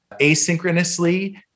asynchronously